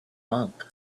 monk